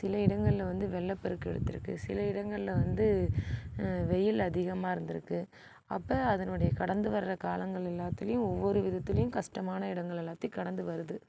சில இடங்களில் வந்து வெளியில் பெருக்கு எடுத்திருக்கு சில இடங்களில் வந்து வெயில் அதிகமாக இருந்திருக்கு அப்போ அதனுடைய கடந்து வர காலங்கள் எல்லாத்துலையும் ஒவ்வொரு விதத்திலையும் கஷ்டமான இடங்கள் எல்லாத்தையும் கடந்து வருது